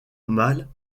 mâles